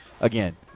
Again